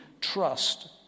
trust